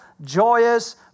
joyous